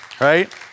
Right